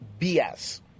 BS